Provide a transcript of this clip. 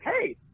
hey